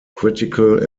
critical